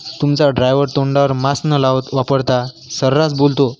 तुमचा ड्रायवर तोंडावर मास्क न लाव वापरता सर्रास बोलतो